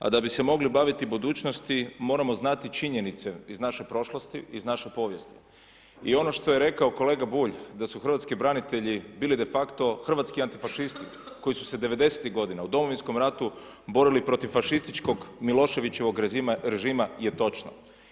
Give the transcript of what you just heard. A da bi se mogli baviti budućnosti, moramo znati činjenice iz naše prošlosti, iz naše povijesti i ono što je rekao kolega Bulj, da su hrvatski branitelji bili de facto hrvatski antifašisti koji su se 90-tih u Domovinskom ratu borili protiv fašističkog Miloševićevog režima je točno.